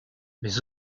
mais